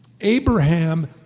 Abraham